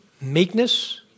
Meekness